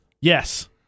Yes